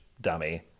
dummy